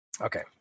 Okay